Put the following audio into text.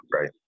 right